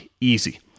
easy